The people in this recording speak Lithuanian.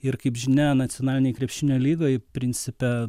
ir kaip žinia nacionalinėj krepšinio lygoje principe